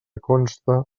conste